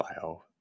bio